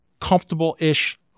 comfortable-ish